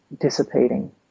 dissipating